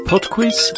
Podquiz